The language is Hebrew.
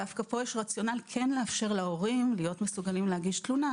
דווקא פה יש רציונל כן לאפשר להורים להיות מסוגלים להגיש תלונה,